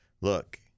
look